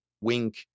Wink